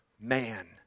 man